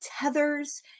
tethers